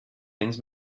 things